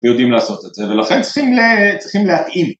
יודעים לעשות את זה ולכן צריכים להתאים.